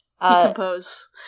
Decompose